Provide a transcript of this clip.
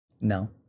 No